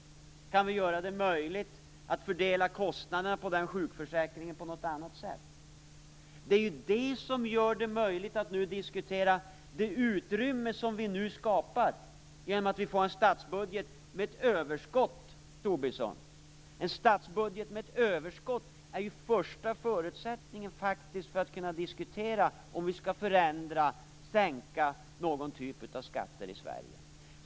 Kan vi göra det möjligt att fördela kostnaderna för sjukförsäkringen på något annat sätt? Det är också detta som nu gör det möjligt att diskutera det utrymme vi skapar genom att vi får en statsbudget med ett överskott, Tobisson. En statsbudget med ett överskott är ju faktiskt den första förutsättningen för att diskutera om vi skall förändra, sänka, någon typ av skatt i Sverige.